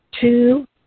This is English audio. two